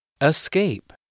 Escape